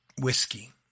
Whiskey